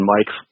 Mike